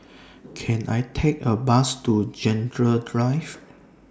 Can I Take A Bus to Drive